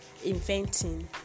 inventing